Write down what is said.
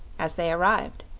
as they arrived.